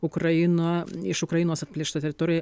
ukraina iš ukrainos atplėšta teritorija